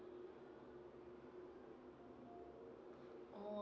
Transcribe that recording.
orh